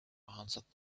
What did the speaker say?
answered